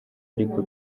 ariko